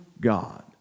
God